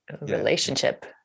relationship